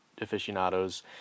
aficionados